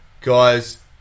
Guys